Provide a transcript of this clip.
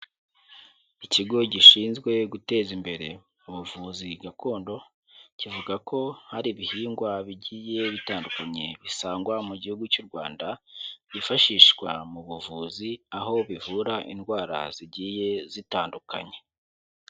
Ikigo gishinzwe guteza imbere ubuvuzi gakondo kivuga ko hari ibihingwa bigiye bitandukanye bisangwa mu gihugu cy'u Rwanda, byifashishwa mu buvuzi aho bivura indwara zigiye zitandukanye.